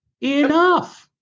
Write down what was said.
enough